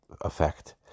effect